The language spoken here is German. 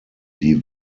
die